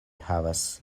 havas